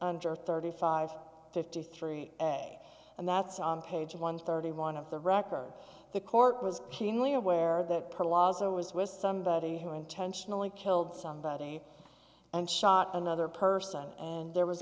under thirty five fifty three a and that's on page one thirty one of the record the court was plainly aware that per laws it was was somebody who intentionally killed somebody and shot another person and there was